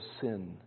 sin